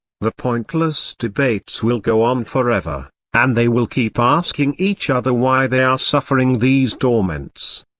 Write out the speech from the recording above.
the pointless debates will go on forever, and they will keep asking each other why they are suffering these torments.